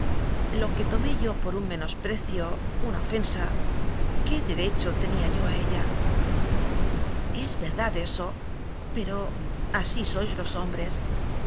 lo que tomé yo por un menosprecio una ofen sa qué derecho tenía yo a ella es verdad eso pero así sois los hombres